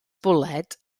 bwled